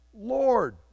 Lord